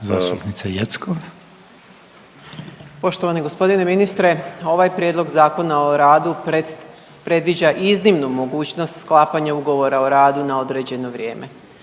Dragana (SDSS)** Poštovani gospodine ministre ovaj prijedlog Zakona o radu predviđa iznimnu mogućnost sklapanja ugovora o radu na određeno vrijeme.